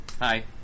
Hi